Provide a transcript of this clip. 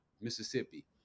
Mississippi